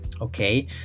okay